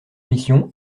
mission